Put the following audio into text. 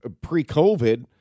pre-COVID